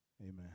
Amen